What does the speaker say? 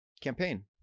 campaign